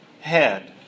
head